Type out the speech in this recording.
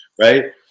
right